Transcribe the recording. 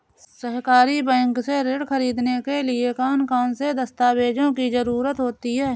सहकारी बैंक से ऋण ख़रीदने के लिए कौन कौन से दस्तावेजों की ज़रुरत होती है?